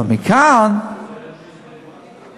אבל מכאן לשיניים,